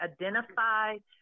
identified